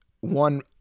one